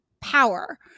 power